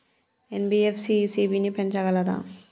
NBFC ECB ని పెంచగలదా?